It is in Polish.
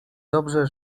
dobrze